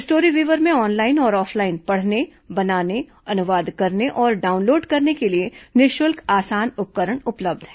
StoryWeaver में online और offline पढ़ने बनाने अनुवाद करने और डाऊनलोड करने के लिए निःशुल्क आसान उपकरण उपलब्ध हैं